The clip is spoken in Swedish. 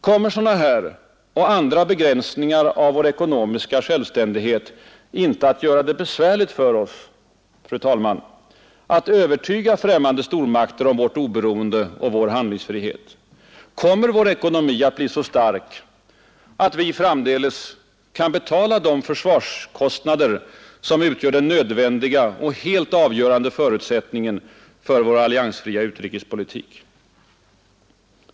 Kommer sådana och andra begränsningar av vår ekonomiska självständighet inte att göra det besvärligt för oss, fru talman, att övertyga främmande stormakter om vårt oberoende och vår handlingsfrihet? Kommer vår ekonomi att bli så stark att vi framdeles kan betala de försvarskostnader, som utgör den nödvändiga och helt avgörande förutsättningen för vår alliansfria utrikespolitik?